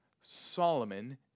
Solomon